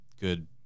good